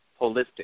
holistic